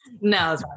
no